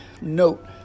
note